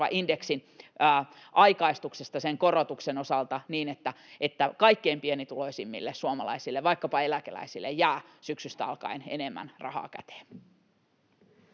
aikaistuksesta sen korotuksen osalta niin, että kaikkein pienituloisimmille suomalaisille, vaikkapa eläkeläisille, jää syksystä alkaen enemmän rahaa käteen.